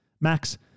Max